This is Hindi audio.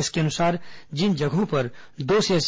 इसके अनुसार जिन जगहों पर दो से